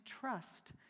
trust